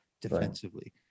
defensively